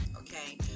okay